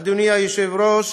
אדוני היושב-ראש,